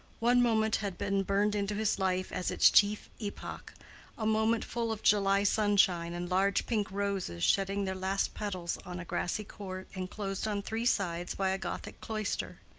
one moment had been burned into his life as its chief epoch a moment full of july sunshine and large pink roses shedding their last petals on a grassy court enclosed on three sides by a gothic cloister.